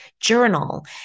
journal